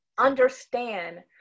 understand